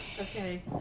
Okay